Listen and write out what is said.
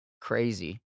Crazy